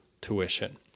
tuition